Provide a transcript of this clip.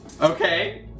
Okay